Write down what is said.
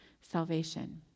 salvation